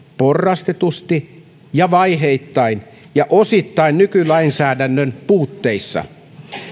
porrastetusti ja vaiheittain ja osittain nykylainsäädännön puitteissa